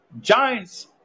giants